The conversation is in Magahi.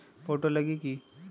फोटो लगी कि?